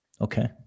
Okay